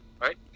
right